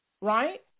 right